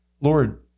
Lord